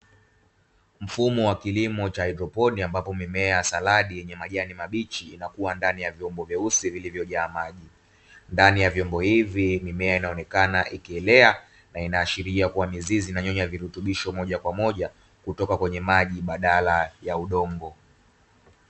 Mfumo wa kilimo cha hydroponic ambapo mimea saladi yenye majani mabichi inakuwa ndani ya vyombo vyeusi vilivyojaa maji. Ndani ya vyombo hivi mimea inayoonekana ikielea na inaashiria kuwa mizizi inanyonya virutubisho moja kwa moja, kutoka kwenye maji badala ya udongo,